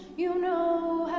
you know,